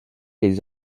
les